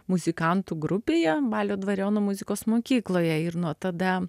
muzikantų grupėje balio dvariono muzikos mokykloje ir nuo tada